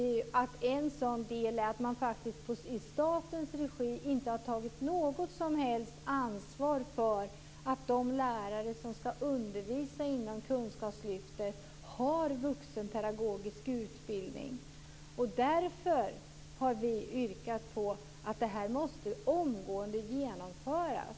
Man har inte i statens regi tagit något som helst ansvar för att de lärare som skall undervisa inom kunskapslyftet har vuxenpedagogisk utbildning. Därför har vi yrkat på att det omgående skall genomföras.